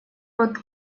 под